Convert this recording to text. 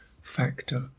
factor